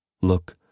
Look